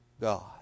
God